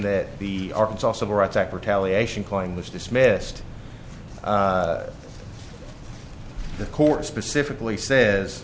that the arkansas civil rights act retaliation claim was dismissed the court specifically says